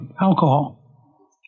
alcohol